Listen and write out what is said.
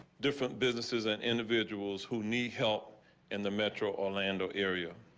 different businesses and individuals who need help in the metro orlando area.